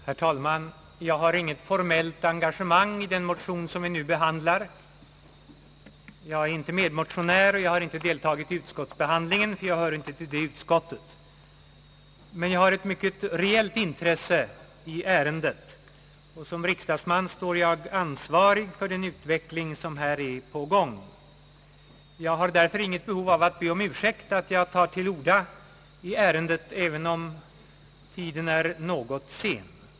Herr talman! Jag har inget formellt engagemang i den motion som vi nu behandlar. Jag är inte medmotionär och har inte deltagit i utskottsbehandlingen, ty jag hör inte till detta utskott. Jag har emellertid ett mycket reellt intresse i ärendet då jag som riksdagsman står ansvarig för den utveckling som här är på gång. Jag har därför inget behov av att be om ursäkt för att jag tar till orda i ärendet, även om tiden är något sen.